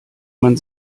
man